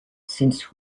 since